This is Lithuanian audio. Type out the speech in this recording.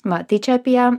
va tai čia apie